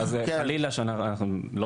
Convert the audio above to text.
חלילה שאנחנו,